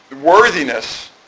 worthiness